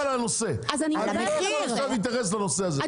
לא, דברי על הנושא, אני לא יכול עכשיו לנושא הזה.